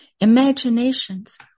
imaginations